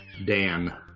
Dan